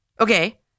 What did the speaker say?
Okay